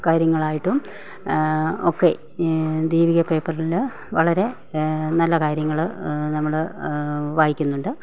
കാര്യങ്ങളായിട്ടും ഒക്കെ ദീപിക പേപ്പറില് വളരെ നല്ല കാര്യങ്ങൾ നമ്മൾ വായിക്കുന്നുണ്ട്